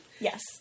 Yes